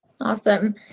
Awesome